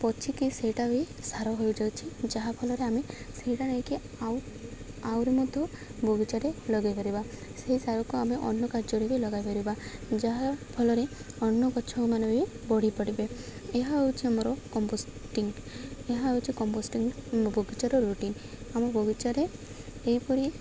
ପଚିକି ସେଇଟା ବି ସାର ହୋଇଯାଉଛି ଯାହାଫଳରେ ଆମେ ସେଇଟା ନେଇକି ଆଉ ଆହୁରି ମଧ୍ୟ ବଗିଚାରେ ଲଗାଇ ପାରିବା ସେଇ ସାରକୁ ଆମେ ଅନ୍ୟ କାର୍ଯ୍ୟରେ ବି ଲଗାଇ ପାରିବା ଯାହାଫଳରେ ଅନ୍ୟ ଗଛମାନେ ବି ବଢ଼ି ପାରିବ ଏହା ହେଉଛି ଆମର କମ୍ପୋଷ୍ଟିଂ ଏହା ହେଉଛି କମ୍ପୋଷ୍ଟିଂ ବଗିଚାର ରୁଟିନ୍ ଆମ ବଗିଚାରେ ଏହିପରି